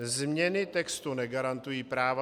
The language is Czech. Změny textu negarantují práva